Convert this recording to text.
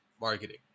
marketing